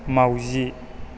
माउजि